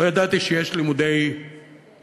לא ידעתי שיש לימודי מקדש.